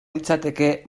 litzateke